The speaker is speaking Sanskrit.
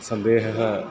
सन्देहः